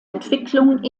entwicklung